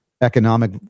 economic